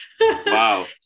Wow